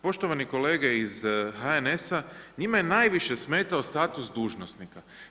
Poštovani kolege iz HNS-a, njima je najviše smetao status dužnosnika.